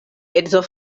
edzo